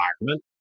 environment